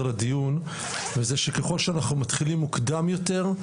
לדיון וזה שככל שאנחנו מתחילים מוקדם יותר,